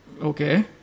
okay